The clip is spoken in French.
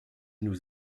nous